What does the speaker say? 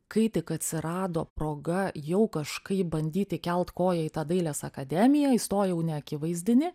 kai tik atsirado proga jau kažkaip bandyt įkelt koją į tą dailės akademiją įstojau neakivaizdinį